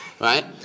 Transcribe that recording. Right